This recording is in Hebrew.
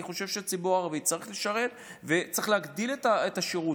אני חושב שהציבור הערבי צריך לשרת וצריך להגדיל את השירות.